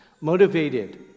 motivated